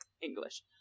English